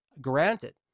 granted